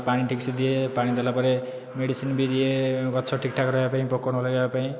ପାଣି ଠିକ୍ସେ ଦିଏ ପାଣି ଦେଲା ପରେ ମେଡିସିନ୍ ବି ଦିଏ ଗଛ ଠିକ୍ଠାକ୍ ରହିବା ପାଇଁ ପୋକ ନଲାଗିବା ପାଇଁ